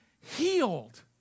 healed